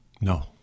No